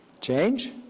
Change